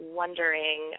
wondering –